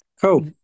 Cool